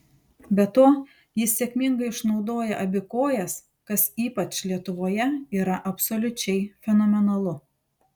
be to jis sėkmingai išnaudoja abi kojas kas ypač lietuvoje yra absoliučiai fenomenalu